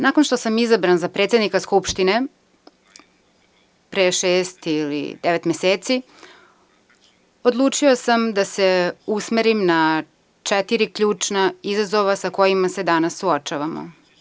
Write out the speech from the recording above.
Nakon što sam izabran za predsednika Skupštine, pre šest ili devet meseci, odlučio sam da se usmerim na četiri ključna izazova sa kojima se danas suočavamo.